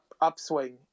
upswing